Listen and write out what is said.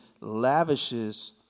lavishes